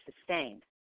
sustained